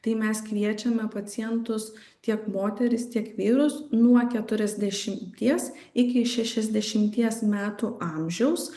tai mes kviečiame pacientus tiek moteris tiek vyrus nuo keturiasdešimties iki šešiasdešimties metų amžiaus